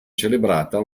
celebrata